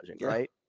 right